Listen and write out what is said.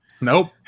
Nope